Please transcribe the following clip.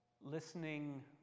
Listening